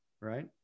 right